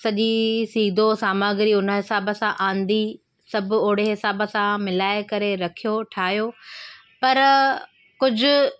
सॼी सीदो सामग्री उन हिसाब सां आंदी सभु ओड़े हिसाब सां मिलाए करे रखियो ठाहियो पर कुझु